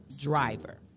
driver